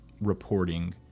reporting